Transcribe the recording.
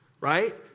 right